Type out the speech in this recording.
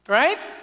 right